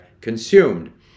consumed